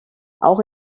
auch